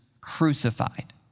crucified